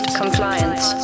compliance